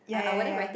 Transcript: ya ya ya